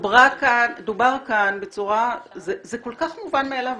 זה כל כך מובן מאליו.